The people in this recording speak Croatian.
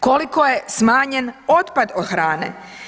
Koliko je smanjen otpad od hrane?